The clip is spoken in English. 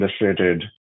illustrated